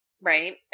right